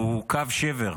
הוא קו שבר,